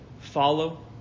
follow